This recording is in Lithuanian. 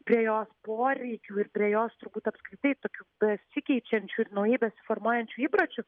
prie jos poreikių ir prie jos turbūt apskritai tokių besikeičiančių naujai besiformuojančių įpročių